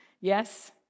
yes